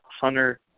Hunter